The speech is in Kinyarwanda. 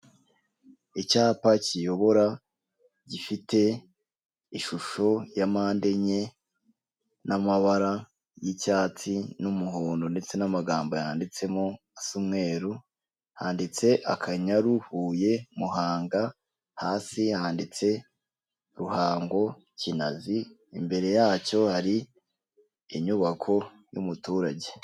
Icyapa kiyobora gifite ishusho ya mpande enye n'amabara y'icyatsi n'umuhondo ndetse n'amagambo yanditsemo asa umweru, handitse Akanyaru, Huye, Muhanga hasi yanditse Ruhango, Kinazi imbere yacyo hari inyubako y'umuturage.